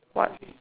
what